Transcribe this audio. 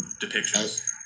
depictions